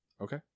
Okay